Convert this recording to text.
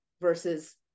Versus